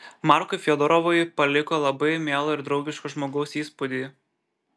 markui fiodorovui paliko labai mielo ir draugiško žmogaus įspūdį